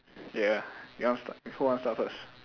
ya ya you want start who want start first